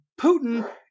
Putin